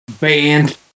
band